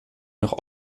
noch